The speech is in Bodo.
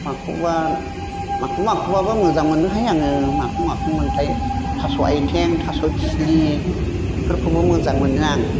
माखौबा माखौ माखौबा मोजां मोनोहाय आङो माखौ माखौमोनथाय थास' आथिं थास' थिलि बेफोरखौबो मोजां मोनो आं